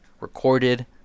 recorded